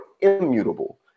immutable